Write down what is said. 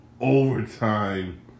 overtime